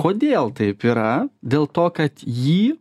kodėl taip yra dėl to kad jį